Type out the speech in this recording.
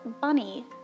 Bunny